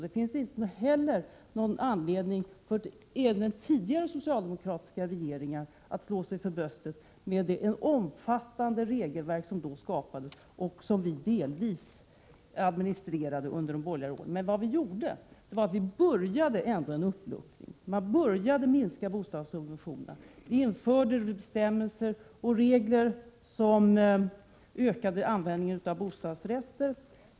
Det finns inte heller någon anledning för tidigare socialdemokratiska regeringar att slå sig för bröstet med tanke på det omfattande regelverk som då skapades och som vi delvis administrerade under de borgerliga åren. Vad vi gjorde var att ändå börja en uppluckring. Vi började minska bostadssubventionerna. Vi införde regler och bestämmelser som ökade användningen av bostadsrätter.